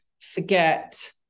forget